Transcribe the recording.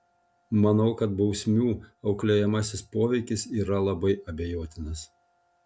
manau kad bausmių auklėjamasis poveikis yra labai abejotinas